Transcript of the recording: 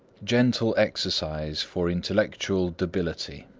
gentle exercise for intellectual debility.